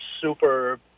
super